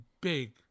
big